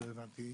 לא הבנתי.